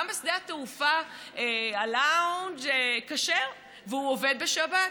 גם בשדה התעופה ה-lounge כשר והוא עובד בשבת.